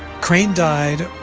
crane died,